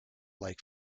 like